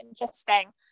interesting